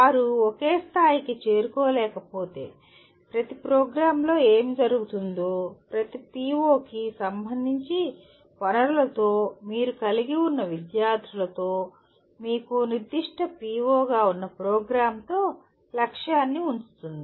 వారు ఒకే స్థాయికి చేరుకోలేకపోతే ప్రతి ప్రోగ్రామ్లో ఏమి జరుగుతుందో ప్రతి PO కి సంబంధించి వనరులతో మీరు కలిగి ఉన్న విద్యార్థులతో మీకు నిర్దిష్ట PO ఉన్న ప్రోగ్రామ్తో లక్ష్యాన్ని ఉంచుతుంది